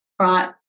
right